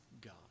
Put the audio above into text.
God